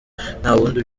ntawundi